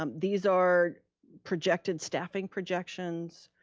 um these are projected staffing projections,